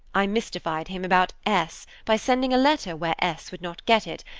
i mystified him about s. by sending a letter where s. would not get it,